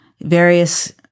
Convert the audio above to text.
various